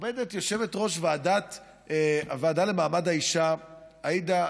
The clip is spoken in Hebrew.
עומדת יושבת-ראש הוועדה לקידום מעמד האישה עאידה